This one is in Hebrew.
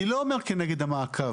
אני לא אומר כנגד המעקב.